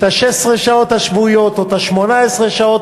את 16 השעות השבועיות או את 18 השעות